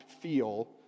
feel